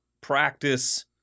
practice